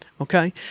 Okay